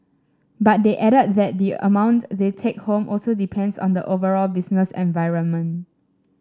but they added that the amount they take home also depends on the overall business environment